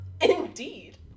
Indeed